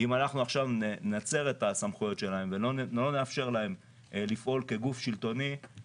אם אנחנו נצר את הסמכויות שלהן ולא נאפשר להן לפעול כגוף שלטוני,